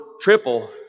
triple